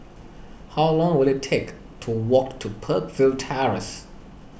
how long will it take to walk to Peakville Terrace